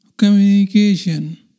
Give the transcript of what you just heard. communication